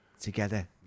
together